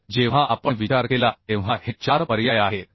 तर जेव्हा आपण विचार केला तेव्हा हे चार पर्याय आहेत